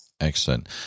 Excellent